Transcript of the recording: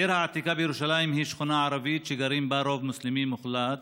העיר העתיקה בירושלים היא שכונה ערבית שגרים בה רוב מוסלמי מוחלט.